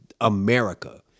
America